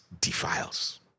defiles